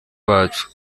bacu